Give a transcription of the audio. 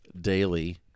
daily